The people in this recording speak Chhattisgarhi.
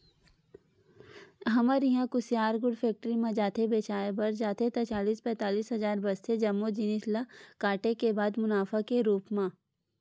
हमर इहां कुसियार गुड़ फेक्टरी म जाथे बेंचाय बर जाथे ता चालीस पैतालिस हजार बचथे जम्मो जिनिस ल काटे के बाद मुनाफा के रुप म